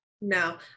no